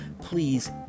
please